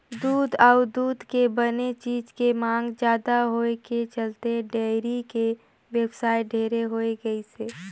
दूद अउ दूद के बने चीज के मांग जादा होए के चलते डेयरी के बेवसाय ढेरे होय गइसे